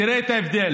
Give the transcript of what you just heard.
תראה את ההבדל.